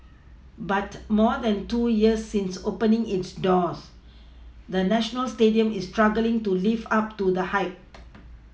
but more than two years since opening its doors the national Stadium is struggling to live up to the hype